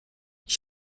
ich